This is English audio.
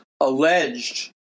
alleged